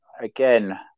again